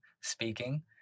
speaking